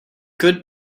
could